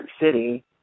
City